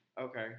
Okay